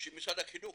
שמשרד החינוך